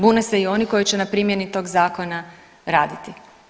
Bune se i oni koji će na primjeni tog zakona raditi.